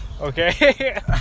Okay